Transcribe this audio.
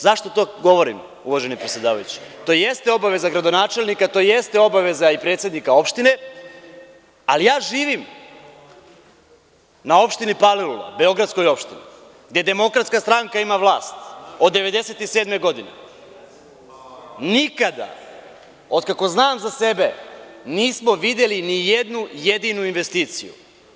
Zašto to govorim uvaženi predsedavajući, to jeste obaveza gradonačelnika, to jeste obaveza i predsednika opštine, ali ja živim na opštini Palilula, Beogradskoj opštini, gde DS ima vlast, od 1997. godine, nikada, od kako znam za sebe, nismo videli ni jednu jedinu investiciju.